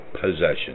possession